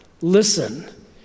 Listen